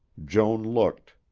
joan looked.